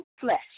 flesh